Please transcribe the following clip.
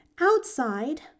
Outside